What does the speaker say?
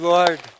Lord